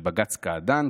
בבג"ץ קעדאן,